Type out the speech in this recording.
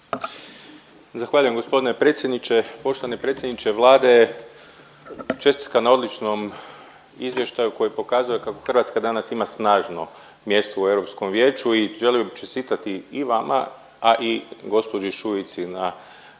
Zahvaljujem g. predsjedniče. Poštovani predsjedniče Vlade, čestitka na odličnom izvještaju koji pokazuje kako Hrvatska danas ima snažno mjesto u Europskom vijeću i želio bi čestitati i vama, a i gđi. Šuici na važnome